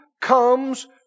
comes